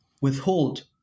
withhold